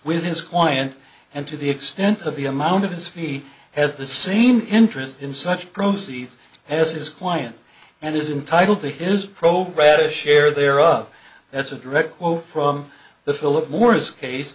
with his client and to the extent of the amount of his feet has the same interest in such proceeds as his client and is entitle to his program to share their up that's a direct quote from the philip morris case